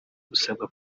gusabwa